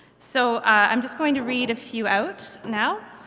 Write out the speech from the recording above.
so i'm just going to read a few out now,